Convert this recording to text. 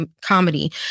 comedy